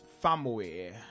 Family